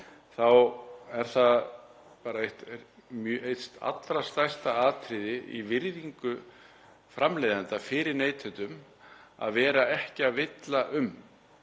þá er það bara eitt allra stærsta atriðið varðandi virðingu framleiðenda fyrir neytendum að vera ekki að villa um